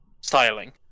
styling